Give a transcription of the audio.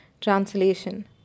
Translation